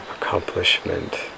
accomplishment